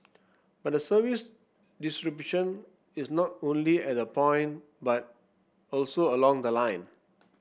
but the service disruption is not only at the point but also along the line